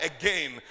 again